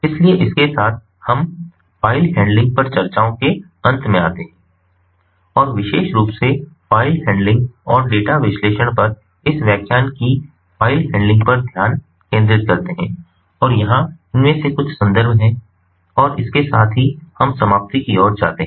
इसलिए इसके साथ हम फ़ाइल हैंडलिंग पर चर्चाओं के अंत में आते हैं और विशेष रूप से फ़ाइल हैंडलिंग और डेटा विश्लेषण पर इस व्याख्यान की फ़ाइल हैंडलिंग पर ध्यान केंद्रित करते हैं और यहाँ इनमें से कुछ संदर्भ हैं और इसके साथ ही हम समाप्ति की ओर जाते हैं